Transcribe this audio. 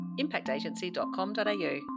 impactagency.com.au